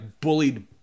bullied